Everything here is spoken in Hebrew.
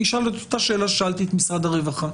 אני אשאל את אותה שאלה ששאלתי את משרד הרווחה.